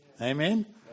Amen